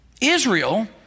Israel